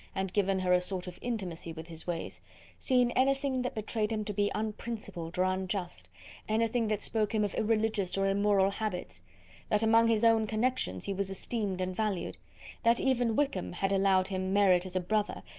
and given her a sort of intimacy with his ways seen anything that betrayed him to be unprincipled or ah unjust anything anything that spoke him of irreligious or immoral habits that among his own connections he was esteemed and valued that even wickham had allowed him merit as a brother,